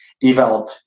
develop